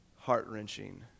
heart-wrenching